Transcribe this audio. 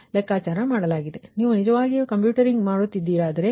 ಅದು ನಿಮ್ಮ P2 ಲೆಕ್ಕಾಚಾರವಾಗಿದೆ ನೀವು ನಿಜವಾಗಿ ಕಂಪ್ಯೂಟಿಂಗ್ ಮಾಡುತ್ತಿದ್ದೀರಿ